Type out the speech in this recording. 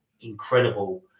incredible